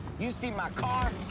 you see my car?